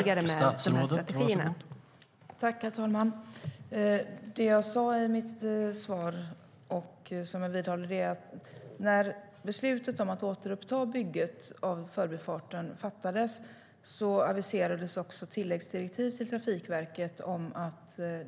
Herr talman! Jag sa i mitt svar och jag vidhåller att när beslutet om att återuppta bygget av Förbifarten fattades aviserades också tilläggsdirektiv till Trafikverket.